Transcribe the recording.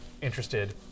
interested